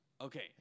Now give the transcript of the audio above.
Okay